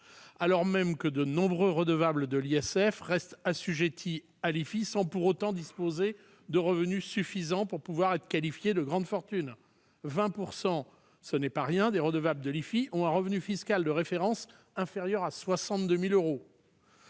alors même que de nombreux redevables de l'ISF restent assujettis à l'IFI sans pour autant disposer de revenus suffisants pour pouvoir être qualifiés de fortunés- 20 % des redevables de l'IFI ont un revenu fiscal de référence inférieur à 62 000 euros.